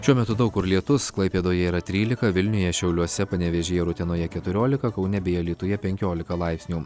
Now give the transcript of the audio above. šiuo metu daug kur lietus klaipėdoje yra trylika vilniuje šiauliuose panevėžyje ir utenoje keturiolika kaune bei alytuje penkiolika laipsnių